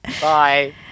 bye